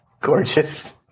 gorgeous